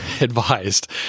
advised